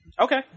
Okay